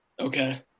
okay